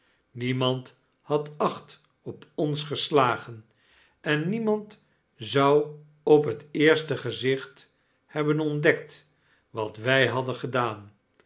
memand had acht op ons gestagen en demand zou op het eerste gezicht hebben ontdekt wat wij hadden gedaan